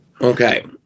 Okay